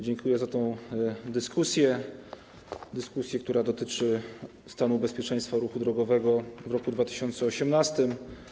Dziękuję za tę dyskusję, dyskusję, która dotyczy stanu bezpieczeństwa ruchu drogowego w roku 2018.